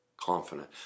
confident